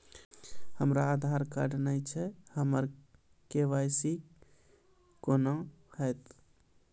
हमरा आधार कार्ड नई छै हमर के.वाई.सी कोना हैत?